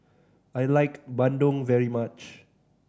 I like bandung very much